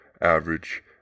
average